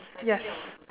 yes